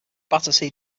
battersea